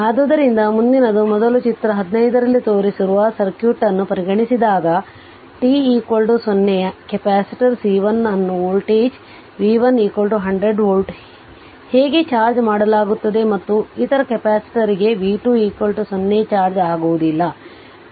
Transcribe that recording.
ಆದ್ದರಿಂದ ಮುಂದಿನದು ಮೊದಲು ಚಿತ್ರ 15 ರಲ್ಲಿ ತೋರಿಸಿರುವ ಸರ್ಕ್ಯೂಟ್ ಅನ್ನು ಪರಿಗಣಿಸಿದಾಗ t0 t 0 ಕೆಪಾಸಿಟರ್ C1 ಅನ್ನು ವೋಲ್ಟೇಜ್ v1 100 ವೋಲ್ಟ್ಗೆ ಹೇಗೆ ಚಾರ್ಜ್ ಮಾಡಲಾಗುತ್ತದೆ ಮತ್ತು ಇತರ ಕೆಪಾಸಿಟರ್ಗೆ v2 0 ಚಾರ್ಜ್ ಆಗುವುದಿಲ್ಲ